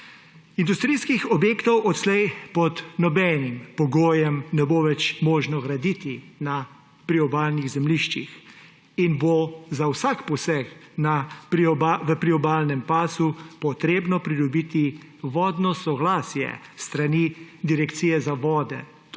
Industrijskih objektov odslej pod nobenim pogojem ne bo več mogoče graditi na priobalnih zemljiščih in bo za vsak poseg v priobalnem pasu potrebno pridobiti vodno soglasje s strani Direkcije za vode.